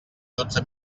dotze